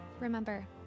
Remember